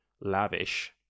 lavish